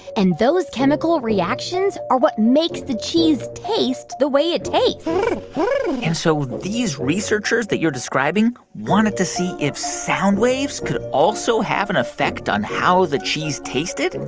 and those chemical reactions are what makes the cheese taste the way it tastes and so these researchers that you're describing wanted to see if sound waves could also have an effect on how the cheese tasted?